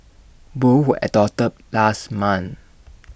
both were adopted last month